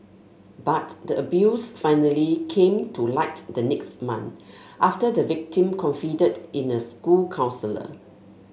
but the abuse finally came to light the next month after the victim confided in a school counsellor